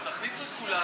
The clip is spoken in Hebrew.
אדוני היושב-ראש,